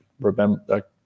remember